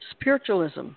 Spiritualism